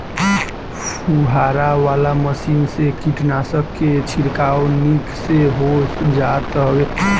फुहारा वाला मशीन से कीटनाशक के छिड़काव निक से हो जात हवे